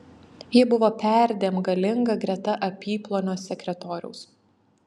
ji buvo perdėm galinga greta apyplonio sekretoriaus